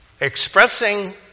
expressing